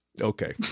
Okay